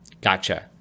Gotcha